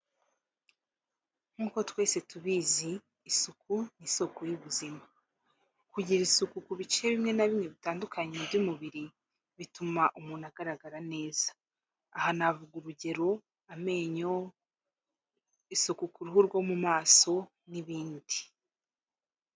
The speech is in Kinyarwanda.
Nkuko twese tubizi isuku ni isoko y'ubuzima, kugira isuku ku bice bimwe na bimwe bitandukanye by'umubiri bituma umuntu agaragara neza, aha navuga urugero amenyo, isuku ku ruhu rwo mu maso n'ibindi.